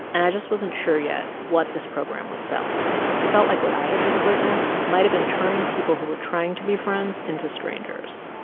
and i just wasn't sure yet what this program was selling it felt like what i had just witnessed might have been turning people who were trying to be friends into strangers.